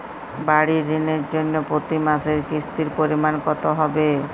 বাড়ীর ঋণের জন্য প্রতি মাসের কিস্তির পরিমাণ কত হবে?